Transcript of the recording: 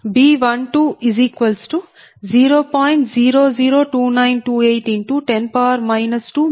00292810 2MW 1